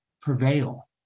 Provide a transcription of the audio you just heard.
prevail